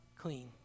clean